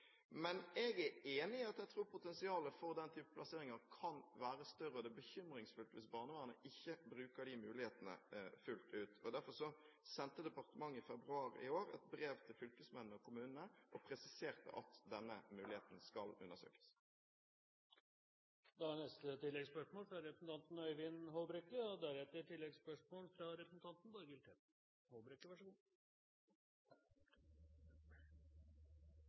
Men jeg er enig, jeg tror potensialet for den type plasseringer kan være større, og det er bekymringsfullt hvis barnevernet ikke bruker de mulighetene fullt ut. Derfor sendte departementet i februar i år et brev til fylkesmennene og kommunene og presiserte at denne muligheten skal undersøkes. Øyvind Håbrekke – til oppfølgingsspørsmål. Ja, jeg skal gi statsråden rett i at dette er en krevende problemstilling, og